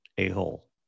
a-hole